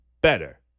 better